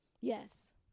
Yes